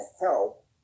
help